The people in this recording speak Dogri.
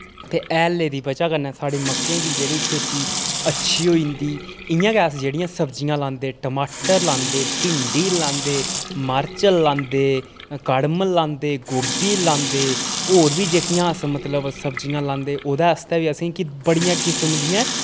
ते हैले दी वजह कन्नै साढ़ी मक्कें दी जेह्ड़ी खेती अच्छी होई जंदी इ'यां गै अस जेह्ड़ियां सब्जियां लांदे टमाटर लांदे भिंडी लांदे मर्च लांदे कड़म लांदे गोभी लांदे होर बी जेह्कियां अस मतलब सब्जियां लांदे ओह्दे आस्तै बी असें गी बड़ियां किस्म दियां